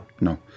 No